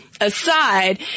aside